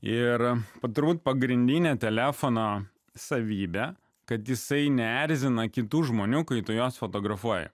ir turbūt pagrindinė telefono savybę kad jisai neerzina kitų žmonių kai tu juos fotografuoja